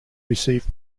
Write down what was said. received